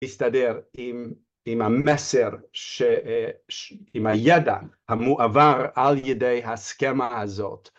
‫להסתדר עם המסר, ‫עם הידע המועבר על ידי הסכמה הזאת.